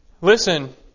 Listen